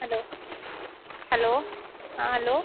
hello hello हाँ hello